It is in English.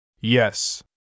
Yes